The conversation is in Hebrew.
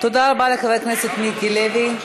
תודה רבה לחבר הכנסת מיקי לוי.